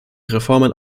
reformen